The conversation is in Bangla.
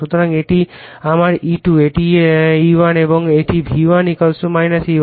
সুতরাং এটি আমার E2 এটি E1 এবং এটি V1 E1